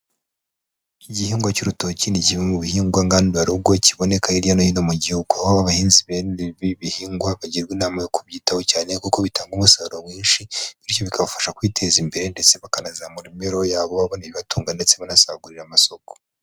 Igihingwa cy'urutoki ni kimwe mu bihingwa ngandurarugo, kiboneka hirya no hino mu gihugu, aho abahinzi b'ibi bihingwa bagirwa inama yo kubyitaho cyane, kuko bitanga umusaruro mwinshi, bityo bikabafasha kwiteza imbere ndetse bakanazamura imibereho yabo, babona ibibatunga, ndetse banasagurira amasoko.